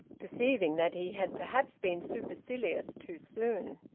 perceiving that he had perhaps been supercilious too soon.